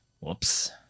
Whoops